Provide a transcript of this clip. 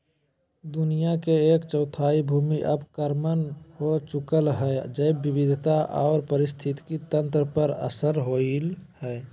दुनिया के एक चौथाई भूमि अवक्रमण हो चुकल हई, जैव विविधता आर पारिस्थितिक तंत्र पर असर होवई हई